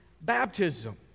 baptism